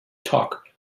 talk